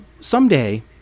Someday